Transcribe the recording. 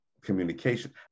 communication